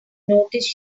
noticed